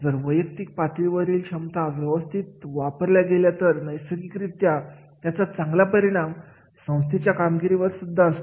जर वैयक्तिक पातळीवर क्षमता व्यवस्थित वापरल्या गेल्या तर नैसर्गिक रित्या त्याचा चांगला परिणाम संस्थेच्या कामगिरीवर होत असतो